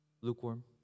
lukewarm